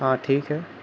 ہاں ٹھیک ہے